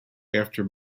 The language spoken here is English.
after